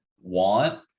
want